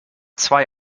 zwei